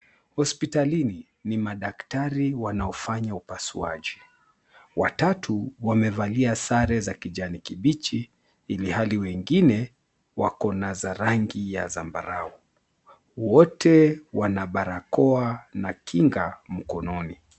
Hospitalini ni madaktari wanaofanya upasuaji watatu wamevalia sare za kijani kibichi ilhali wengine wako na za rangi ya zambarau. Wote wana barakoa na kinga mkononi.